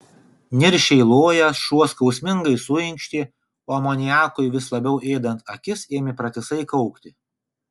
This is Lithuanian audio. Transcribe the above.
niršiai lojęs šuo skausmingai suinkštė o amoniakui vis labiau ėdant akis ėmė pratisai kaukti